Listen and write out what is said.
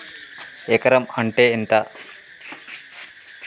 ఎకరం అంటే ఎంత?